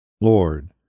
Lord